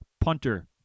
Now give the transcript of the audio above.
punter